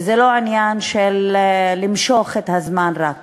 וזה לא עניין של למשוך את הזמן, רק,